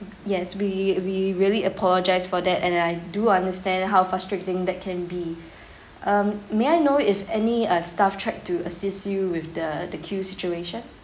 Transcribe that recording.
yes we we really apologise for that and I do understand how frustrating that can be um may I know if any uh staff tried to assist you with the the queue situation